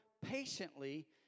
patiently